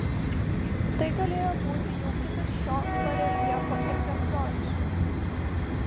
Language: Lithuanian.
tai galėjo būti jau kitas šio bareljefo egzempliorius